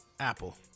Apple